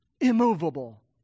immovable